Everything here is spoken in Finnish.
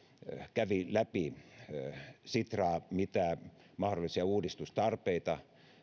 kävi läpi mitä mahdollisia uudistustarpeita